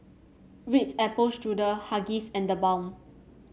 Ritz Apple Strudel Huggies and TheBalm